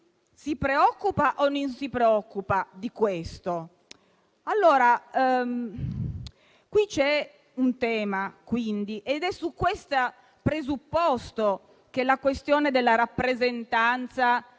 si preoccupa o non si preoccupa di ciò? Qui c'è un tema, quindi. È su questo presupposto che la questione della rappresentanza